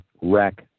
wreck